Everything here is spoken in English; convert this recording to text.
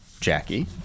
Jackie